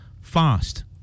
fast